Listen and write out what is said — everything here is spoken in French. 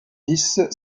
dix